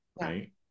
right